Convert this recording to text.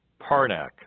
Parnak